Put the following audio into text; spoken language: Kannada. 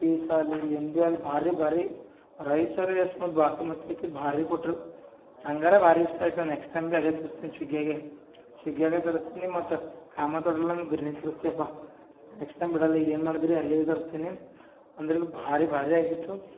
ಈ ಸಲ ಏನ್ಬಿಯಲ್ ಭಾರಿ ಭಾರಿ ರೈಸ್ ಬಾಸುಮತಿಗೆ ಭಾರಿ ಕೊಟ್ಟರು ಹಂಗರ ಭಾರಿ ಇಷ್ಟ ಆಯಿತು ನೆಕ್ಸ್ಟ್ ಟೈಮ್ ಬಿ ಅದೇ ತರ್ಸ್ತಿನ್ ಸ್ವಿಗಿಯಾಗೆ ಸ್ವಿಗಿಯಾಗೆ ತರಿಸ್ತೀನಿ ಮತ್ತು ಕಾಮತ್ ಹೋಟೆಲ್ ಅಂದರೆ ಬಿರ್ಯಾನಿ ತರಸ್ತಿವಪ್ಪ ನೆಕ್ಸ್ಟ್ ಟೈಮ್ ಬಿಡೋಲ್ಲ ಈಗ ಏನು ಮಾಡಿದ್ರಿ ಅಲ್ಲಿಂದೆ ತರಿಸ್ತೀನಿ ಅಂದ್ರೆ ಬೀ ಭಾರಿ ಭಾರಿಯಾಗಿತ್ತು